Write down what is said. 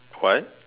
what